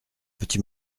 petit